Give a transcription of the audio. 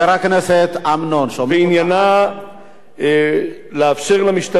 ועניינה לאפשר למשטרה לאסוף נתוני זיהוי של